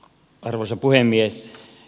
arvoisa puhemies